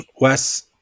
Wes